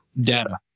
data